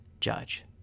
judge